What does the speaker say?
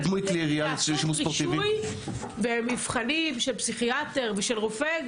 אבל לעשות רישוי ומבחנים של פסיכיאטר ושל רופא,